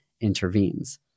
intervenes